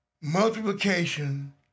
Multiplication